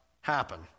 happen